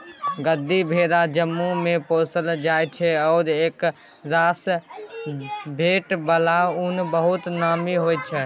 गद्दी भेरा जम्मूमे पोसल जाइ छै आ एकरासँ भेटै बला उन बहुत नामी होइ छै